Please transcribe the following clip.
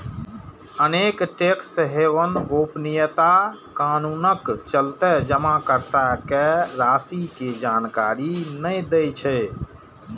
अनेक tax haven गोपनीयता कानूनक चलते जमाकर्ता के राशि के जानकारी नै दै छै